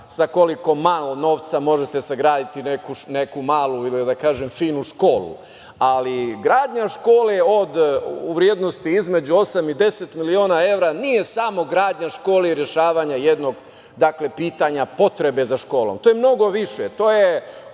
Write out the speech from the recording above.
sa koliko malo novca možete sagraditi neku malu ili finu školu, ali gradnja škola u vrednosti između osam i 10 miliona evra nije samo gradnja škole i rešavanje jednog pitanja potrebe za školom, to je mnogo više,